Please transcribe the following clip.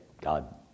God